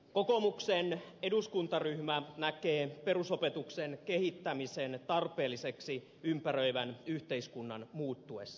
kokoomuksen eduskuntaryhmä näkee perusopetuksen kehittämisen tarpeelliseksi ympäröivän yhteiskunnan muuttuessa